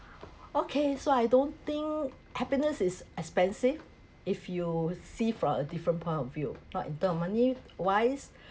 okay so I don't think happiness is expensive if you see from a different point of view not in term of money wise